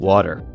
Water